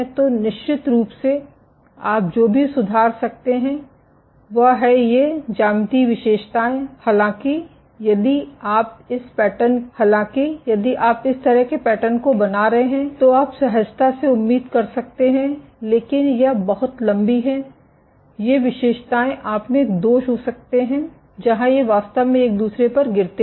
तो निश्चित रूप से आप जो भी सुधार सकते हैं वह हैं ये ज्यामितीय विशेषताएं हैं हालाँकि यदि आप इस तरह के पैटर्न को बना रहे हैं तो आप सहजता से उम्मीद कर सकते हैं लेकिन ये बहुत लंबी हैं ये विशेषताएं आपमें दोष हो सकते हैं जहां ये वास्तव में एक दूसरे पर गिरते हैं